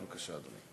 בבקשה, אדוני.